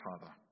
Father